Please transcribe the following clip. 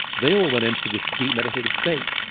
they all went into this demeditative state.